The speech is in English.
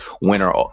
winner